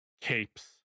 capes